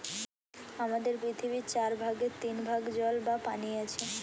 আমাদের পৃথিবীর চার ভাগের তিন ভাগ জল বা পানি আছে